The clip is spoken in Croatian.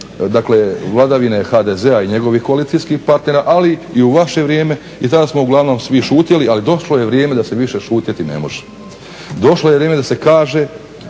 dakle vladavine HDZ-a i njegovih koalicijskih partnera, ali i u vaše vrijeme i tada smo uglavnom svi šutjeli. Ali došlo je vrijeme da se više šutjeti ne može. Došlo je vrijeme da se kaže